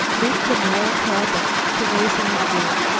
leaped a narrow chasm, to race on again.